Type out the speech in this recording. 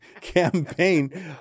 campaign